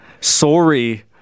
Sorry